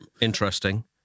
interesting